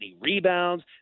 rebounds